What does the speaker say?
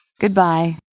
Goodbye